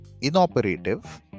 inoperative